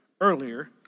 earlier